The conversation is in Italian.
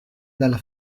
dalla